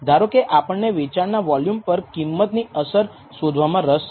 ધારો કે આપણને વેચાણના વોલ્યૂમ પર કિંમત ની અસર શોધવામા રસ છે